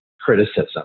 criticism